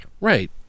Right